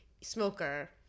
smoker